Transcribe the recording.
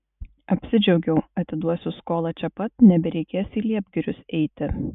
apsidžiaugiau atiduosiu skolą čia pat nebereikės į liepgirius eiti